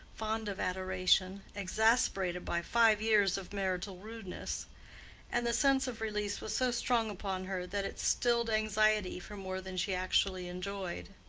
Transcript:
fond of adoration, exasperated by five years of marital rudeness and the sense of release was so strong upon her that it stilled anxiety for more than she actually enjoyed.